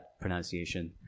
pronunciation